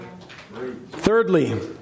thirdly